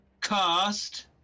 cast